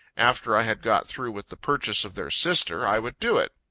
after i had got through with the purchase of their sister, i would do it.